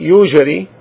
usually